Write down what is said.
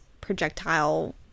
projectile